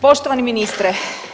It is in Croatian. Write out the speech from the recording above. Poštovani ministre.